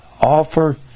offer